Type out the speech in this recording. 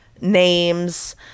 names